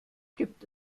gibt